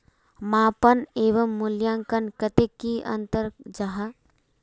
मापन एवं मूल्यांकन कतेक की अंतर जाहा?